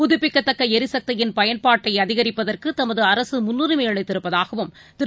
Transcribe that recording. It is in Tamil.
புதுப்பிக்கத்தக்களரிசக்தியின் பயன்பாட்டைஅதிப்பதற்குதமதுஅரசுமுன்னுரிமைஅளித்திருப்பதாகவும் திரு